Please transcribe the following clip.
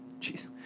Jeez